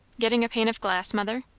getting a pane of glass, mother?